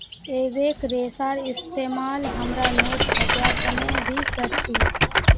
एबेक रेशार इस्तेमाल हमरा नोट छपवार तने भी कर छी